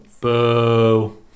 boo